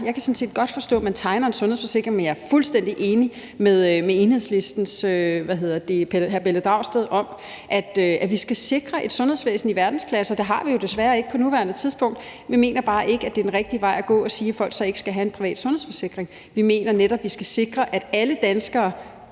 set godt forstå, at man tegner en sundhedsforsikring, men jeg er fuldstændig enig med Enhedslistens hr. Pelle Dragsted om, at vi skal sikre et sundhedsvæsen i verdensklasse, for det har vi jo desværre ikke på nuværende tidspunkt. Vi mener bare ikke, at det er den rigtige vej at gå at sige, at folk så ikke skal have en privat sundhedsforsikring. Vi mener netop, at vi skal sikre, at vi ikke